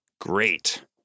Great